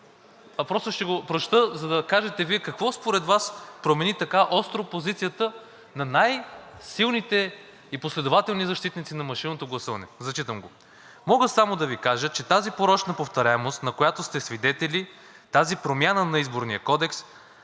Просто ще го прочета, за да кажете Вие какво според вас промени така остро позицията на най-силните и последователни защитници на машинното гласуване. Зачитам го: „Мога само да Ви кажа, че тази порочна повторяемост, на която сте свидетели, тази промяна на Изборния кодекс,